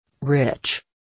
Rich